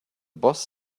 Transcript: boss